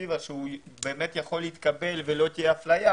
פרספקטיבה שהוא באמת יכול להתקבל ולא תהיה אפליה,